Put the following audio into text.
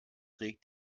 regt